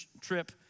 trip